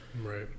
Right